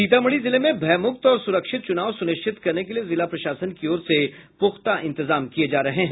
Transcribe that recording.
सीतामढ़ी जिले में भयमुक्त और सुरक्षित चुनाव सुनिश्चित करने के लिए जिला प्रशासन की ओर से पुख्ता इंतजाम किये जा रहे हैं